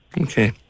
Okay